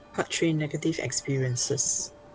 part three negative experiences